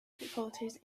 difficulties